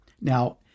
Now